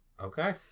Okay